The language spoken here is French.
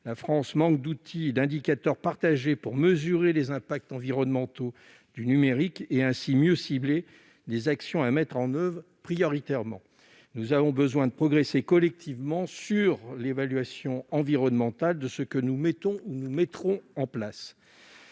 La France manque d'outils et d'indicateurs partagés pour mesurer les impacts environnementaux du numérique et ainsi mieux cibler les actions à mettre en oeuvre prioritairement. Nous avons besoin de progresser collectivement sur l'évaluation environnementale de ce que nous mettons ou mettrons en place.